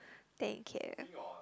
thank you